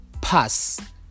pass